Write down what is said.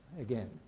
again